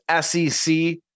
SEC